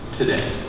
today